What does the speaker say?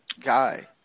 guy